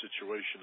situation